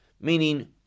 meaning